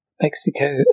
Mexico